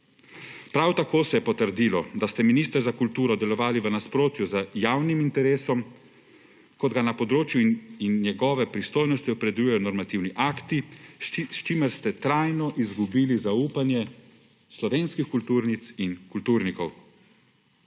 Prav tako se je potrdilo, da ste, minister za kulturo, delovali v nasprotju z javnim interesom, kot ga na področju in njegove pristojnosti opredeljujejo normativni akti, s čimer ste trajno izgubili zaupanje slovenskih kulturnic in kulturnikov.